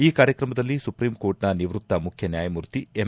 ಈ ಕಾರ್ಯತ್ರಮದಲ್ಲಿ ಸುಪ್ರೀಂಕೋರ್ಟ್ನ ನಿವೃತ್ತ ಮುಖ್ಯನ್ಯಾಯಮೂರ್ತಿ ಎಂ